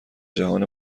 جهان